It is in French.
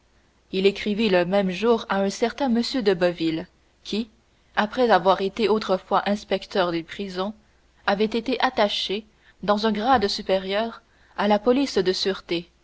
il écrivit le même jour à un certain m de boville qui après avoir été autrefois inspecteur des prisons avait été attaché dans un grade supérieur à la police de